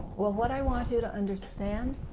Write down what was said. well what i want you to understand